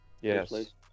Yes